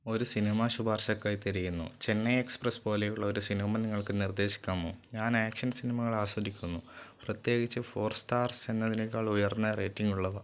ഒരു സിനിമ ശുപാർശക്കായി തിരയുന്നു ചെന്നൈ എക്സ്പ്രെസ്സ് പോലെയുള്ള ഒരു സിനിമ നിങ്ങൾക്ക് നിർദ്ദേശിക്കാമോ ഞാൻ ആക്ഷൻ സിനിമകൾ ആസ്വദിക്കുന്നു പ്രത്യേകിച്ചു ഫോർ സ്റ്റാർസ് എന്നതിനേക്കാൾ ഉയർന്ന റേറ്റിങ്ങ് ഉള്ളവ